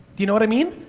you know what i mean,